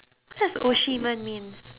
what does means